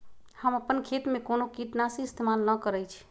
हम अपन खेत में कोनो किटनाशी इस्तमाल न करई छी